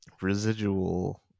residual